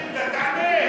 נשאלה שאילתה, תענה.